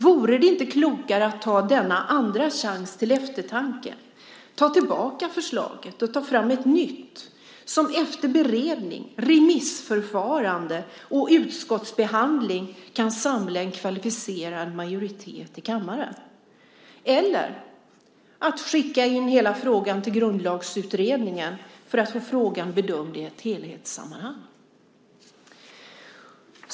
Vore det inte klokare att ta denna andra chans till eftertanke, ta tillbaka förslaget och ta fram ett nytt som efter beredning, remissförfarande och utskottsbehandling kan samla en kvalificerad majoritet i kammaren eller att skicka hela frågan till Grundlagsutredningen för att få frågan bedömd i ett helhetssammanhang?